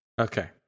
Okay